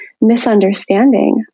misunderstanding